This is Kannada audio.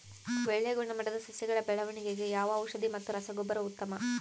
ಒಳ್ಳೆ ಗುಣಮಟ್ಟದ ಸಸಿಗಳ ಬೆಳವಣೆಗೆಗೆ ಯಾವ ಔಷಧಿ ಮತ್ತು ರಸಗೊಬ್ಬರ ಉತ್ತಮ?